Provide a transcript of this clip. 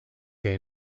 que